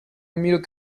mille